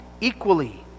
equally